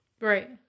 Right